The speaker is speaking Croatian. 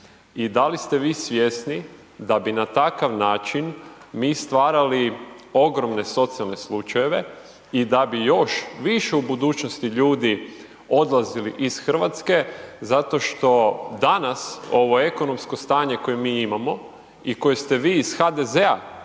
i da li ste vi svjesni da bi na takav način mi stvarali ogromne socijalne slučajeve i da bi još više u budućnosti ljudi odlazili iz Hrvatske, zato što danas ovo ekonomsko stanje koje mi imamo i koje ste vi iz HDZ-a